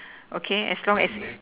okay as long as